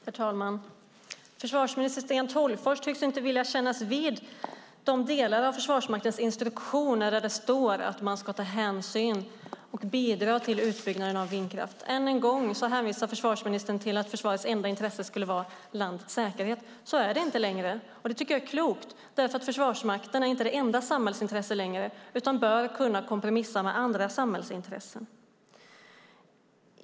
Herr talman! Försvarsminister Sten Tolgfors tycks inte vilja kännas vid de delar av Försvarsmaktens instruktioner där det står att man ska ta hänsyn och bidra till utbyggnaden av vindkraft. Än en gång hänvisar försvarsministern till att försvarets enda intresse skulle vara landets säkerhet. Så är det inte längre, och det tycker jag är klokt, eftersom Försvarsmakten inte är det enda samhällsintresset längre, utan man bör kunna kompromissa med andra samhällsintressen.